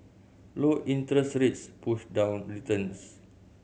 low interest rates push down returns